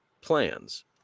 plans